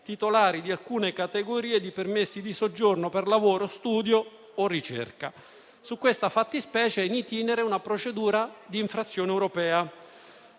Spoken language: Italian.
titolari di alcune categorie di permessi di soggiorno per lavoro, studio e ricerca. Su questa fattispecie è *in itinere* una procedura di infrazione europea.